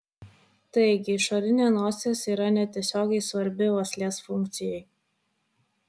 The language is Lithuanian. taigi išorinė nosis yra netiesiogiai svarbi uoslės funkcijai